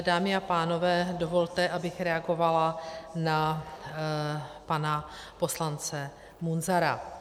Dámy a pánové, dovolte, abych reagovala na pana poslance Munzara.